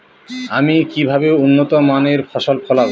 আমি কিভাবে উন্নত মানের ফসল ফলাব?